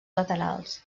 laterals